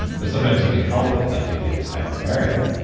and but sometimes you can help it like you did with hyperbaric.